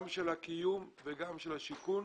גם של הקיום וגם של השיכון.